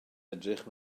edrych